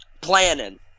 planning